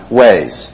ways